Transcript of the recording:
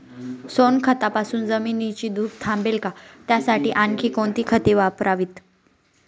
सोनखतापासून जमिनीची धूप थांबेल का? त्यासाठी आणखी कोणती खते वापरावीत?